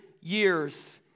years